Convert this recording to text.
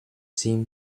seem